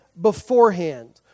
beforehand